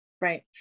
right